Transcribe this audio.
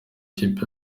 kipe